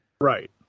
Right